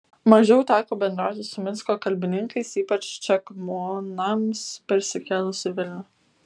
mažiau teko bendrauti su minsko kalbininkais ypač čekmonams persikėlus į vilnių